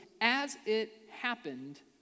as-it-happened